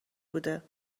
بوده